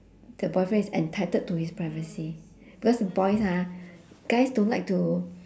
the boyfriend is entitled to his privacy because boys ha guys don't like to